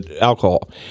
alcohol